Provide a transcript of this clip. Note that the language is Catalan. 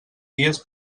dies